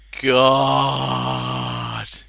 god